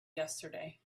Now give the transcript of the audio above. yesterday